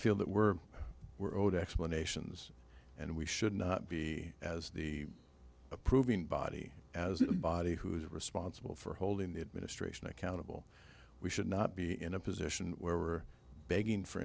feel that we're were owed explanations and we should not be as the approving body as a body who is responsible for holding the administration accountable we should not be in a position where we're begging for